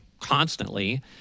constantly